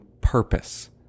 purpose